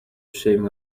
shaving